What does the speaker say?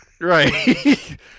Right